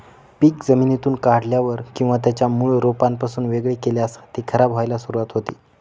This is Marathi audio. पीक जमिनीतून काढल्यावर किंवा त्याच्या मूळ रोपापासून वेगळे केल्यास ते खराब व्हायला सुरुवात होते